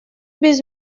без